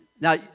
Now